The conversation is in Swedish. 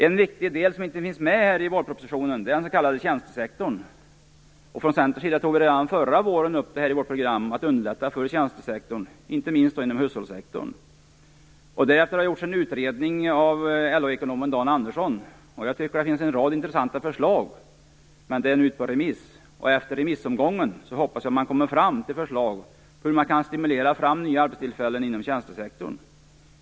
En viktig del som inte finns med i vårpropositionen är den s.k. tjänstesektorn. Från Centerns sida tog vi redan förra våren i vårt program upp att det är viktigt att underlätta för tjänstesektorn, inte minst inom hushållssektorn. Därefter har det gjorts en utredning av LO-ekonomen Dan Andersson. Jag tycker att det där finns en rad intressanta förslag, men utredningen är ute på remiss. Efter remissomgången hoppas jag att man kommer fram till förslag om hur vi skall kunna stimulera fram nya arbetstillfällen inom tjänstesektorn.